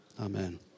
amen